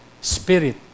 spirit